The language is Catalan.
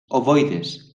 ovoides